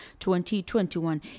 2021